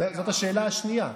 זו השאלה השנייה.